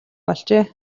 болжээ